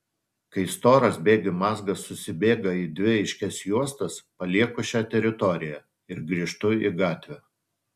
kai storas bėgių mazgas susibėga į dvi aiškias juostas palieku šią teritoriją ir grįžtu į gatvę